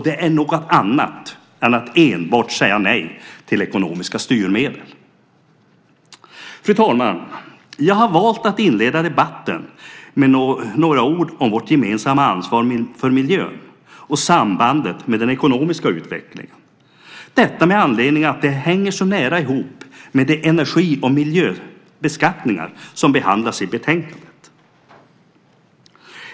Det är något annat än att enbart säga nej till ekonomiska styrmedel. Fru talman! Jag har valt att inleda mitt anförande med några ord om vårt gemensamma ansvar för miljön och sambandet med den ekonomiska utvecklingen. Detta med anledning av att det hänger så nära ihop med de energi och miljöbeskattningar som behandlas i betänkandet.